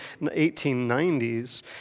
1890s